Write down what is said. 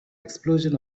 explosion